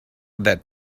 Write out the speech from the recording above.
that